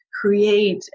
create